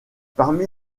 parmi